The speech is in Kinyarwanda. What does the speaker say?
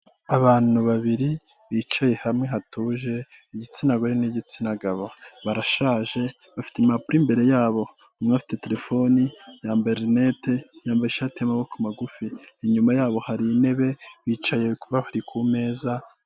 Abantu babiri bicaye hamwe hatuje, igitsina gore n'igitsina gabo, barashaje bafite impapuro imbere yabo, umwe bafite terefone, yambaye rinete, yambaye ishati y'amaboko magufi, inyuma yabo hari intebe bicaye bari ku meza.